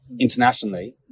internationally